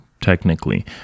technically